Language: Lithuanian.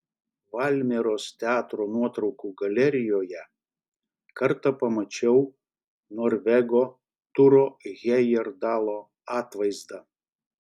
valmieros teatro nuotraukų galerijoje kartą pamačiau norvego turo hejerdalo atvaizdą